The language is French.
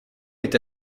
est